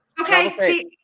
okay